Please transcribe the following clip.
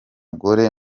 gore